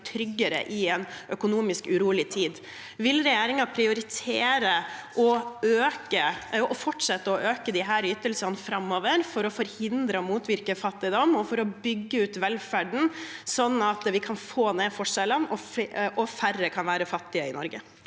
tryggere i en økonomisk urolig tid. Vil regjeringen prioritere å fortsette å øke disse ytelsene framover for å forhindre og motvirke fattigdom og for å bygge ut velferden, sånn at vi kan få ned forskjellene og færre kan være fattige i Norge?